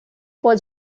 was